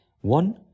One